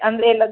ಅಂದರೆಲ್ಲಾ